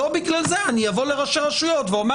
לא בגלל זה אני אבוא לראשי הרשויות ואומר